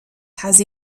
has